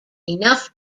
enough